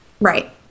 Right